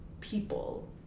people